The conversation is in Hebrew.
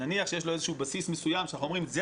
שנניח יש לו איזשהו בסיס מסוים ואנחנו אומרים שבזה